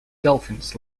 dolphins